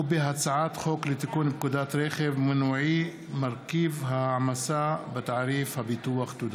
ובהצעת חוק לתיקון פקודת רכב מנועי (מרכיב ההעמסה בתעריף הביטוח).